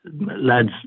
lads